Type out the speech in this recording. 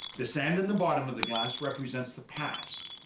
the sand in the bottom of the glass represents the past.